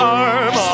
arm